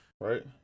right